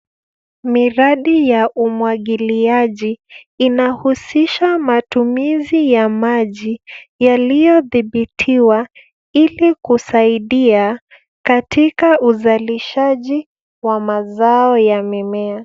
Miradi ya umwangiliaji, inahusisha matumizi ya maji yaliyodhibitiwa ili kusaidia katika uzalishaji wa mazao ya mimea.